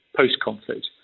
post-conflict